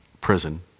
prison